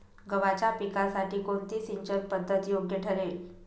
गव्हाच्या पिकासाठी कोणती सिंचन पद्धत योग्य ठरेल?